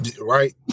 Right